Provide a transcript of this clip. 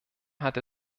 hatte